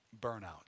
burnout